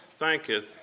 thanketh